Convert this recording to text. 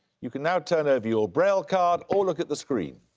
you can now turn over your braille card or look at the screen.